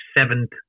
seventh